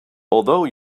although